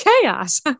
chaos